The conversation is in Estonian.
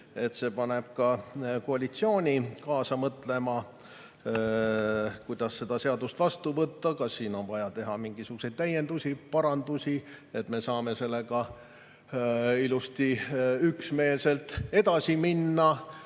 et see paneb ka koalitsiooni kaasa mõtlema, kuidas seda seadust vastu võtta ja kas eelnõus on vaja teha mingisuguseid täiendusi-parandusi, et saaksime sellega ilusti üksmeelselt edasi minna.